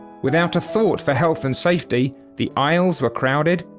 without a thought for health and safety, the aisles were crowded.